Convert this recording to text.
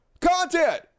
content